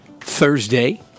thursday